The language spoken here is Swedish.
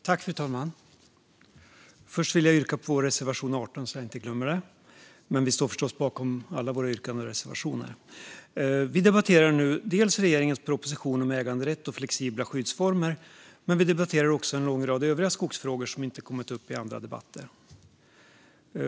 Fru talman! Först vill jag yrka bifall till vår reservation 18 så att jag inte glömmer det. Vi står förstås bakom alla våra yrkanden och reservationer. Vi debatterar nu dels regeringens proposition om äganderätt och flexibla skyddsformer, dels en lång rad övriga skogsfrågor som inte kommit upp i andra debatter.